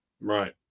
Right